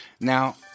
Now